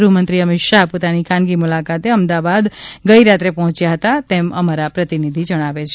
ગ્રહમંત્રી અમિત શાહ પોતાની ખાનગી મુલાકાતે અમદાવાદ ગઇરાત્રે પહોંચ્યા હતા તેમ અમારા પ્રતિનિધિ જણાવે છે